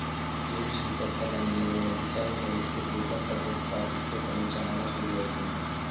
చూడు సీతక్క మనం ఏదైనా దుకాణం నడిపితే కూపన్ పద్ధతి పాటిస్తే పని చానా సులువవుతుంది